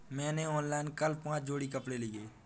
मैंने ऑनलाइन कल पांच जोड़ी कपड़े लिए